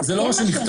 זה כן מה שנכתב.